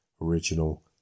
original